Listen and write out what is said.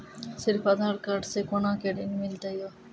सिर्फ आधार कार्ड से कोना के ऋण मिलते यो?